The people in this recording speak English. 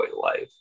life